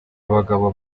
abagabo